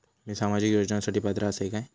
मी सामाजिक योजनांसाठी पात्र असय काय?